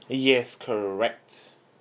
yes correct